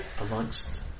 Amongst